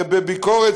ובביקורת,